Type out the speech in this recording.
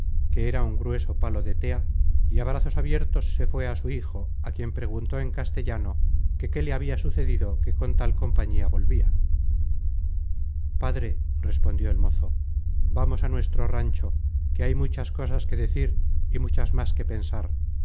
que era un grueso palo de tea y á brazos abiertos se fué a su hijo á quien preguntó en castellano que qué le habia sucedido que con tal compañía volvia padre respondió el mozo vamos a nuestro rancho que hay muchas cosas que decir y muchas más que pensar